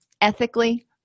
ethically